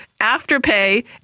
Afterpay